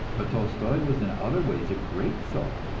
but tolstoi was in other ways a great soul,